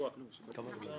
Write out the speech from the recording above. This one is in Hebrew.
כבוד היושב-ראש,